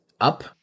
up